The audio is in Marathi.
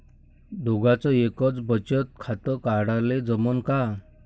दोघाच एकच बचत खातं काढाले जमनं का?